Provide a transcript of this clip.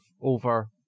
over